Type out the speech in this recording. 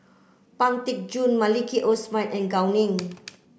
Pang Teck Joon Maliki Osman and Gao Ning